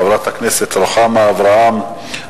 חברת הכנסת רוחמה אברהם-בלילא.